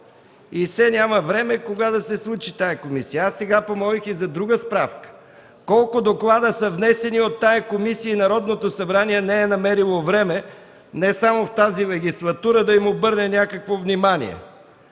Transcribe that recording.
– все няма време кога да се случи тази комисия. Сега помолих и за друга справка – колко доклада са внесени от тази комисия и Народното събрание не е намерило време, не само в тази легислатура, да им обърне някакво внимание.